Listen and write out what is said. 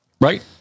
Right